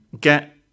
get